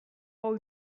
all